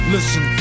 Listen